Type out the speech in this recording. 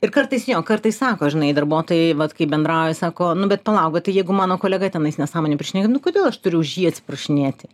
ir kartais jo kartais sako žinai darbuotojai vat kaip bendrauja sako nu bet palaukit tai jeigu mano kolega tenais nesąmonių prišnekėjo nu kodėl aš turiu už jį atsiprašinėti